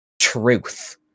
truth